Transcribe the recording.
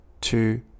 two